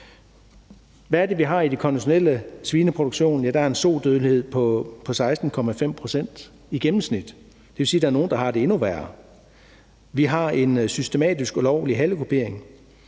Hvad er det, vi har i den konventionelle svineproduktion? Der er en sodødelighed på 16,5 pct. – i gennemsnit. Det vil sige, at der er nogle, der har det endnu værre. Vi har en systematisk ulovlig halekupering.